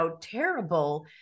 terrible